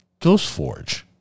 Ghostforge